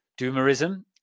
Doomerism